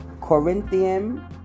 Corinthian